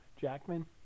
Jackman